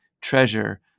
treasure